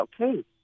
Okay